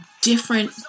different